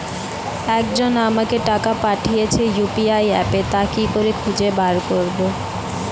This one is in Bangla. একজন আমাকে টাকা পাঠিয়েছে ইউ.পি.আই অ্যাপে তা কি করে খুঁজে বার করব?